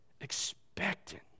expecting